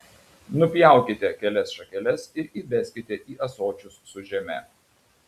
nupjaukite kelias šakeles ir įbeskite į ąsočius su žeme